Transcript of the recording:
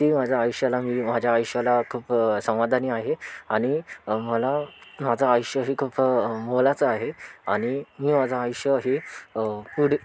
ते माझ्या आयुष्याला मी माझ्या आयुष्याला खूप समाधानी आहे आणि मला माझं आयुष्य हे खूप मोलाचं आहे आणि मी माझं आयुष्य हे पुढी